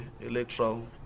Electoral